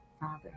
Father